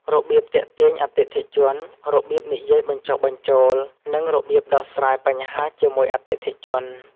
របៀបទាក់ទាញអតិថិជន របៀបនិយាយបញ្ចុះបញ្ចូល និងរបៀបដោះស្រាយបញ្ហាជាមួយអតិថិជន។